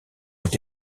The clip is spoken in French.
ont